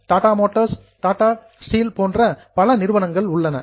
S Tata Motors Tata Steel போன்ற பல நிறுவனங்கள் உள்ளன